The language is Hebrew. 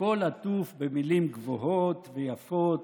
הכול עטוף במילים גבוהות ויפות